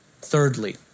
Thirdly